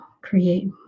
create